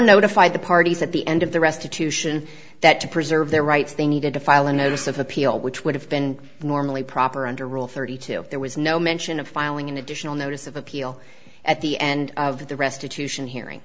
notified the parties at the end of the restitution that to preserve their rights they needed to file a notice of appeal which would have been normally proper under rule thirty two there was no mention of filing an additional notice of appeal at the end of the restitution hearing